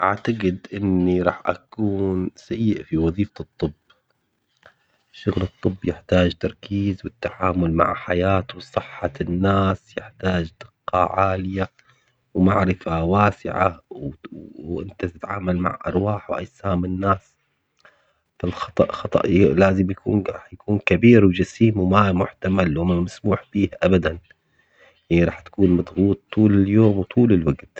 أعتقد إني راح أكون سيء في وظيفة الطب، عشان الطب يحتاج تركيز والتعامل مع حياة وصحة الناس، يحتاج دقة عالية ومعرفة واسعة و- وتتعامل مع أرواح وأجسام الناس، الخطأ خطأ لازم يكون ح- حيكون كبير وجسيم وما محتمل ومو مسموح بيه أبداً هي راح تكون مشغول طول اليوم وطول الوقت.